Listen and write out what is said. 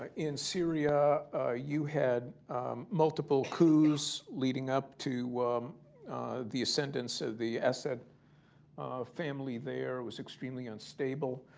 in syria you had multiple coups, leading up to the ascendance of the assad family there. it was extremely unstable.